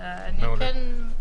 מעולה.